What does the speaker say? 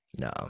no